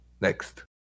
Next